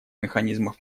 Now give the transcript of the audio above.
механизмов